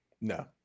No